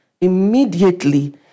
immediately